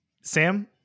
Sam